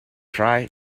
try